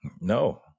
No